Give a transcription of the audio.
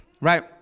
right